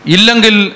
Ilangil